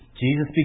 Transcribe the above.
Jesus